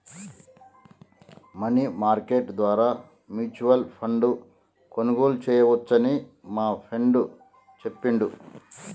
money market ద్వారా mutual ఫండ్ను కొనుగోలు చేయవచ్చని మా ఫ్రెండు చెప్పిండు